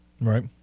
Right